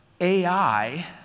AI